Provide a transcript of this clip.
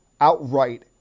outright